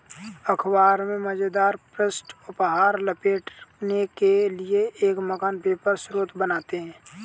अख़बार में मज़ेदार पृष्ठ उपहार लपेटने के लिए एक महान पेपर स्रोत बनाते हैं